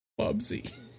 Bubsy